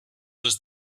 was